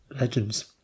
legends